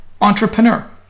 entrepreneur